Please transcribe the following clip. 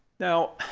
now,